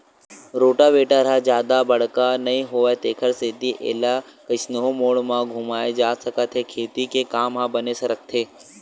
rotavator ह जादा बड़का नइ होवय तेखर सेती एला कइसनो मोड़ म घुमाए जा सकत हे खेती के काम ह बने सरकथे